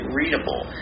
readable